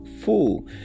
full